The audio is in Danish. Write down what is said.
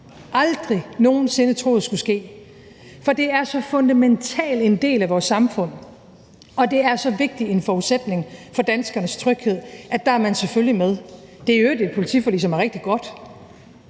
aldrig nogen sinde troet skulle ske! For det er en så fundamental del af vores samfund, og det er en så vigtig forudsætning for danskernes tryghed, så der er man selvfølgelig med. Det er i øvrigt et politiforlig, som er rigtig godt,